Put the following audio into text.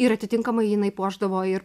ir atitinkamai jinai puošdavo ir